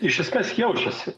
iš esmės jaučiuosi